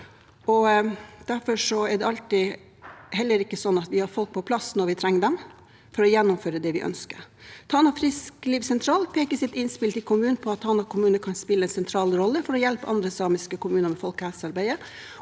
Derfor er det heller ikke alltid sånn at vi har fått det på plass når vi trenger det, for å gjennomføre det vi ønsker. Tana frisklivssentral peker i sitt innspill til komiteen på at Tana kommune kan spille en sentral rolle for å hjelpe andre samiske kommuner med folkehelsearbeidet.